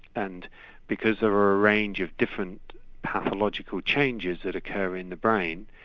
and because there are a range of different pathological changes that occur in the brain,